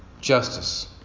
justice